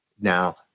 Now